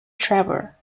trevor